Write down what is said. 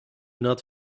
not